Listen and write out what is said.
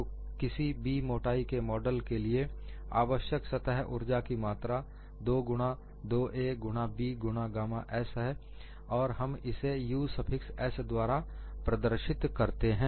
तो किसी B मोटाई के मॉडल के लिए आवश्यक सतह ऊर्जा की मात्रा 2 गुणा 2a गुणा B गुणा गामा s है और हम इसे U स्फिक्स s द्वारा प्रदर्शित करते हैं